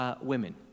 Women